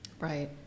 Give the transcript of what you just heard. Right